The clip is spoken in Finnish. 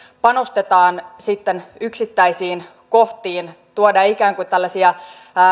panostetaan sitten yksittäisiin kohtiin tuodaan ikään kuin tällaisia